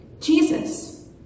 Jesus